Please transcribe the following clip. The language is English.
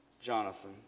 Jonathan